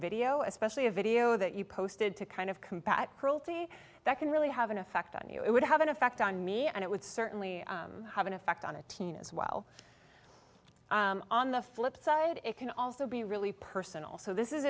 video especially a video that you posted to kind of combat cruelty that can really have an effect on you it would have an effect on me and it would certainly have an effect on a teen as well on the flip side it can also be really personal so this is